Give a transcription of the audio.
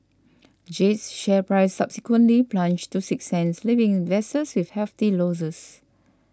jade's share price subsequently plunged to six cents leaving investors with hefty losses